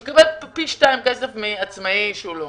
כן, שהוא מקבל פי 2 כסף מעצמאי שהוא לא מהקיבוץ.